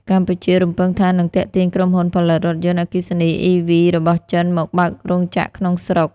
កម្ពុជារំពឹងថានឹងទាក់ទាញក្រុមហ៊ុនផលិតរថយន្តអគ្គិសនី (EV) របស់ចិនមកបើករោងចក្រក្នុងស្រុក។